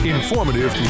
Informative